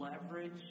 leverage